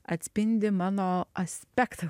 atspindi mano aspektą